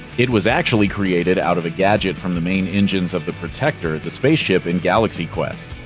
it was actually created out of a gadget from the main engines of the protector, the spaceship in galaxy quest.